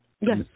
Yes